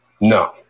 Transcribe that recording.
No